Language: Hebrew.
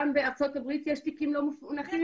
גם בארצות הברית יש תיקים לא מפוענחים